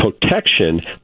protection